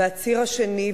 והציר השני,